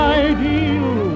ideal